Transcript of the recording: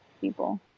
people